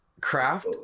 craft